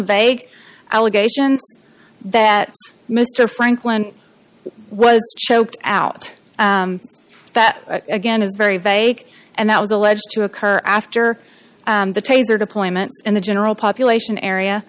vague allegation that mr franklin was choked out that again is very vague and that was alleged to occur after the taser deployment in the general population area